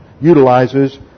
utilizes